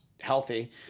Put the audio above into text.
healthy